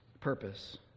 purpose